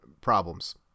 Problems